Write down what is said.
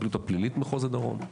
הפרקליטות הפלילית מחוז הדרום,